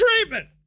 treatment